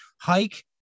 hike